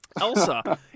Elsa